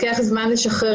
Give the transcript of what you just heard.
אני שמחה